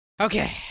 Okay